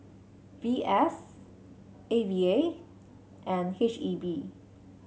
V S A V A and H E B